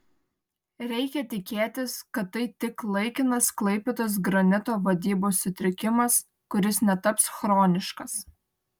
reikia tikėtis kad tai tik laikinas klaipėdos granito vadybos sutrikimas kuris netaps chroniškas